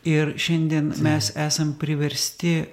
ir šiandien mes esam priversti